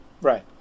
right